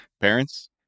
Parents